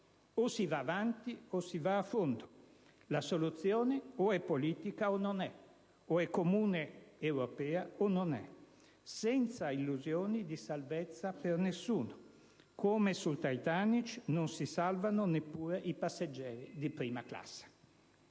o si va avanti o si va a fondo. La soluzione o è politica o non è; o è comune europea o non è, senza illusioni di salvezza per nessuno. Come sul Titanic, non si salvano neppure i passeggeri di prima classe.